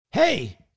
Hey